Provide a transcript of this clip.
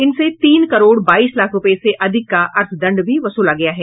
इनसे तीन करोड़ बाईस लाख रूपये से अधिक का अर्थदंड भी वसूला गया है